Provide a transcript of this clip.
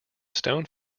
stone